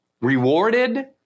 rewarded